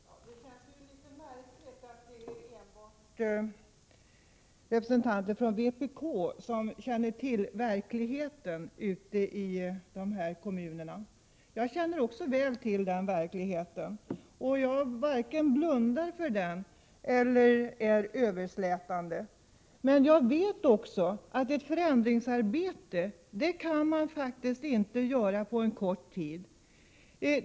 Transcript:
Herr talman! Det känns litet märkligt att det enbart skall vara representanter från vpk som känner till verkligheten ute i dessa kommuner. Jag känner också till den verkligheten, och jag varken blundar för den eller är överslätande. Men jag vet också att ett förändringsarbete faktiskt inte kan göras på en kort tid.